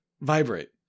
Vibrate